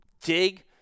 dig